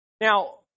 Now